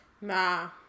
Nah